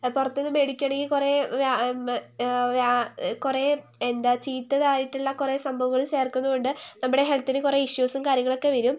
പുറത്തു നിന്ന് മേടിക്കുകയാണെങ്കിൽ കുറേ കുറേ എന്താ ചീത്ത ആയിട്ടുള്ള കുറേ സംഭവങ്ങള് ചേർക്കുന്നതുകൊണ്ട് നമ്മുടെ ഹെൽത്തിനു കുറേ ഇഷ്യൂസും കാര്യങ്ങളൊക്കെ വരും